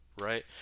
right